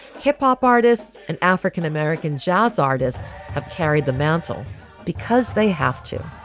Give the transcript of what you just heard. hip hop artists and african-american jazz artists have carried the mantle because they have to,